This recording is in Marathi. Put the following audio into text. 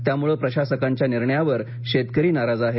त्यामुळे प्रशासकांच्या निर्णयावर शेतकरी नाराज आहेत